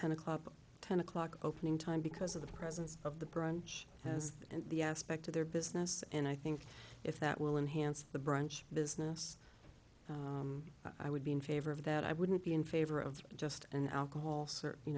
ten o'clock ten o'clock opening time because of the presence of the brunch has and the aspect of their business and i think if that will enhance the brunch business i would be in favor of that i wouldn't be in favor of just an alcohol